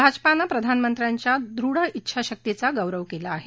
भाजपानं प्रधानमंत्र्यांच्या दृढ उंछाशक्तीचा गौरव केला आहे